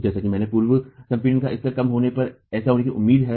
जैसा कि मैंने कहा कि पूर्व संपीड़न का स्तर कम होने पर ऐसा होने की उम्मीद है